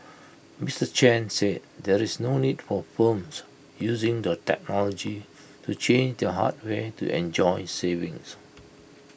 Mister Chen said there is no need for firms using the technology to change their hardware to enjoy savings